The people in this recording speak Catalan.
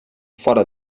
fora